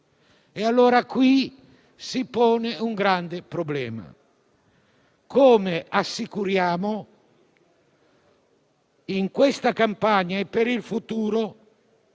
A tal proposito, si pone un grande problema. Come assicuriamo, in questa campagna e per il futuro,